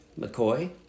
McCoy